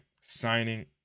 signing